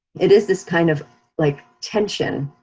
it is this kind of like tension.